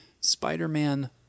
spider-man